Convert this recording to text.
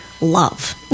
love